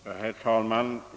Herr talman!